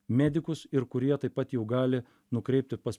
medikus ir kurie taip pat jau gali nukreipti pas